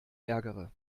ärgere